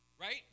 right